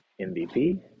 MVP